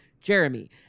Jeremy